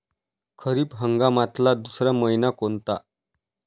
खरीप हंगामातला दुसरा मइना कोनता?